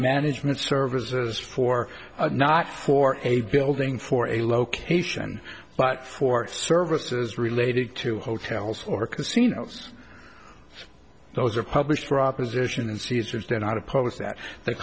management services for not for a building for a location but for services related to hotels or casinos those are published propositions cesar's do not oppose that the